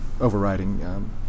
overriding